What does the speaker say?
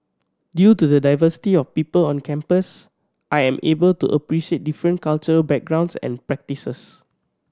due to the diversity of people on campus I am able to appreciate different cultural backgrounds and practices